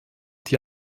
die